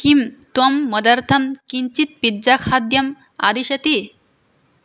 किं त्वं मदर्थं किञ्चित् पिज्जा खाद्यम् आदिशति